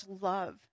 love